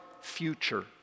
future